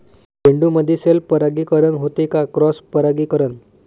झेंडूमंदी सेल्फ परागीकरन होते का क्रॉस परागीकरन?